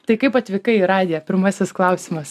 tai kaip atvykai į radiją pirmasis klausimas